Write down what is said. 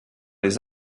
les